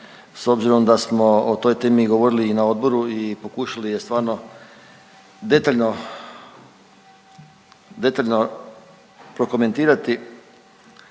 s obzirom da smo o toj temi i govorili i na odboru i pokušali je stvarno detaljno prokomentirati